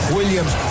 Williams